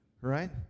right